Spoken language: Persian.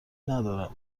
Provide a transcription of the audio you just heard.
ندارد